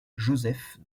joseph